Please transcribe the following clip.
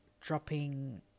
dropping